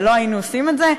לא היינו עושים את זה?